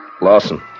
Lawson